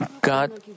God